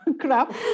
crap